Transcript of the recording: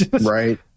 right